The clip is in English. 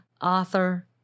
author